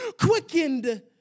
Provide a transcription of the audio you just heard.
quickened